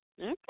Okay